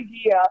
idea